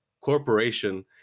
corporation